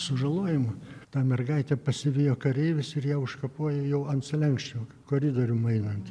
sužalojimų tą mergaitę pasivijo kareivis ir ją užkapojo jau ant slenksčio koridorium einant